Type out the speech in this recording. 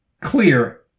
clear